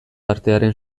artearen